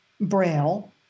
Braille